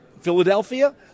Philadelphia